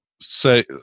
Say